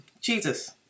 Jesus